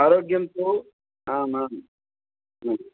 आरोग्यं तु आम् आम्